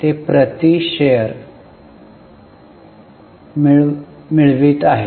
ते प्रति शेअर मिळवित आहे